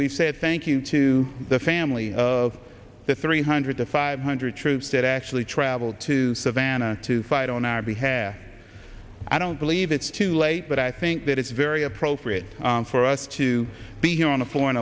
we said thank you to the family of the three hundred to five hundred troops that actually traveled to savannah to fight on our behalf i don't believe it's too late but i think that it's very appropriate for us to be here on the f